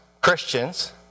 Christians